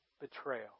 betrayal